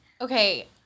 Okay